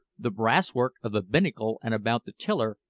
the brass-work of the binnacle and about the tiller,